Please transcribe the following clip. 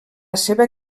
seva